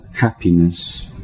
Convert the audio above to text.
happiness